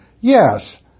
yes